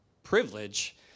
privilege